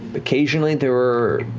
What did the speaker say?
occasionally there were,